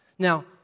Now